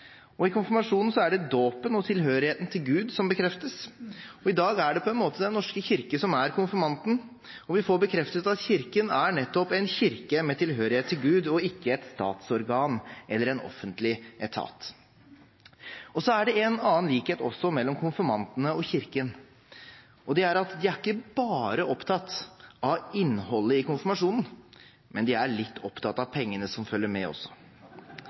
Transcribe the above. og i konfirmasjonen er det dåpen og tilhørigheten til Gud som bekreftes. I dag er det på en måte Den norske kirke som er konfirmanten, og vi får bekreftet at Kirken er nettopp en kirke med tilhørighet til Gud, og ikke et statsorgan eller en offentlig etat. Og så er det også en annen likhet mellom konfirmantene og Kirken, og det er at de ikke bare er opptatt av innholdet i konfirmasjonen, men de er litt opptatt av pengene som følger med også.